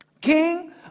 King